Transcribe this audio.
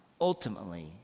ultimately